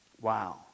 Wow